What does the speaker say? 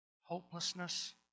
hopelessness